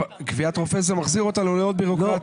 קביעת רופא מחזיר אותנו לעוד בירוקרטיה.